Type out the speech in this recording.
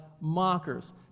mockers